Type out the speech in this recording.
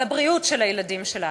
על הבריאות של הילדים שלנו.